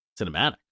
cinematic